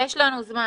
יש לנו זמן.